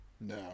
No